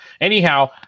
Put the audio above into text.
anyhow